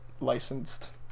licensed